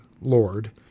Lord